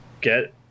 get